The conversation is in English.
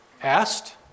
asked